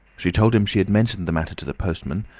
she told him she had mentioned the matter to the postman,